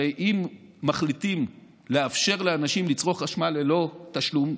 הרי אם מחליטים לאפשר לאנשים לצרוך חשמל ללא תשלום,